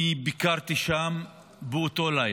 אני ביקרתי שם באותו לילה,